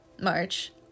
March